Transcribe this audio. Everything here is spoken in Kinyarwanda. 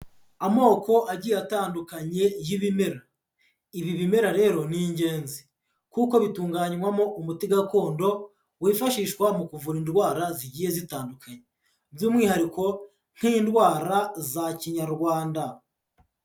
Amoko agiye atandukanye y'ibimera, ibi bimera rero ni ingenzi kuko bitunganywamo umuti gakondo wifashishwa mu kuvura indwara zigiye zitandukanye, by'umwihariko nk'indwara za kinyarwanda.